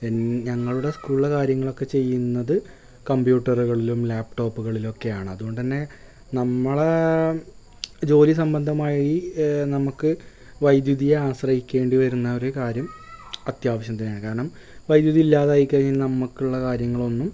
N ഞങ്ങളുടെ സ്കൂളിലെ കാര്യങ്ങളൊക്കെ ചെയ്യുന്നത് കമ്പ്യൂട്ടറുകളും ലാപ്പ് ടോപ്പുകളിലൊക്കെയാണ് അതുകൊണ്ടു തന്നെ നമ്മളുടെ ജോലി സംബന്ധമായി നമുക്ക് വൈദ്യുതിയെ ആശ്രയിക്കേണ്ടി വരുന്ന ഒരു കാര്യം അത്യാവശ്യം തന്നെയാണ് കാരണം വൈദ്യുതിയില്ലാതായി കഴിഞ്ഞാൽ നമുക്കുള്ള കാര്യങ്ങളൊന്നും